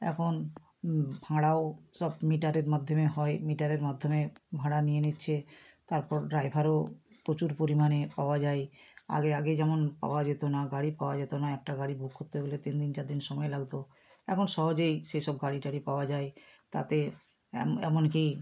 এখন ভাঁড়াও সব মিটারের মাধ্যমে হয় মিটারের মাধ্যমে ভাঁড়া নিয়ে নিচ্ছে তারপর ড্রাইভারও প্রচুর পরিমাণে পাওয়া যায় আগে আগে যেমন পাওয়া যেত না গাড়ি পাওয়া যেত না একটা গাড়ি বুক কোত্তে হলে তিন দিন চার দিন সময় লাগতো এখন সহজেই সে সব গাড়ি টাড়ি পাওয়া যায় তাতে এমনকি